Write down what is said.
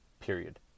period